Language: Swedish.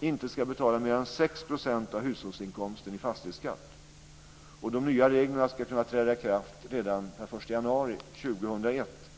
inte ska betala mer än 6 % av hushållsinkomsten i fastighetsskatt. De nya reglerna ska kunna träda i kraft redan den 1 januari 2001.